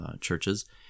churches